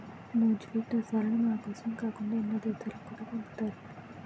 నూజివీడు రసాలను మనకోసమే కాకుండా ఎన్నో దేశాలకు కూడా పంపుతారు